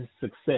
success